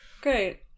great